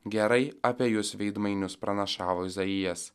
gerai apie jus veidmainius pranašavo izaijas